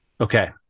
okay